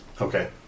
Okay